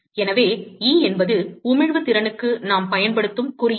எனவே E என்பது உமிழ்வு திறனுக்கு நாம் பயன்படுத்தும் குறியீடு